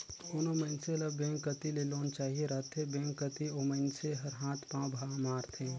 कोनो मइनसे ल बेंक कती ले लोन चाहिए रहथे बेंक कती ओ मइनसे हर हाथ पांव मारथे